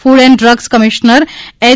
food and drugs commissioner એય